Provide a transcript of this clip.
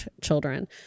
children